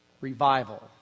revival